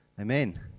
amen